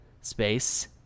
space